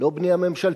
לא בנייה ממשלתית,